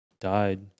died